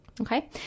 Okay